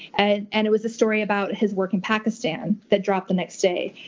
and and it was a story about his work in pakistan that dropped the next day.